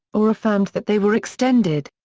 or affirmed that they were extended.